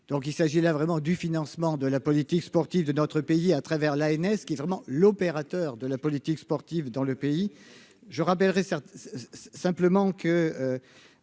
donc il s'agit là vraiment du financement de la politique sportive de notre pays à travers la NS qui, vraiment, l'opérateur de la politique sportive dans le pays, je rappellerai simplement que